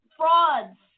frauds